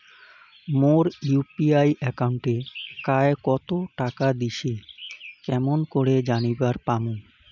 মোর UPI একাউন্টে কায় কতো টাকা দিসে কেমন করে জানিবার পামু?